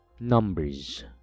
Numbers